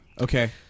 okay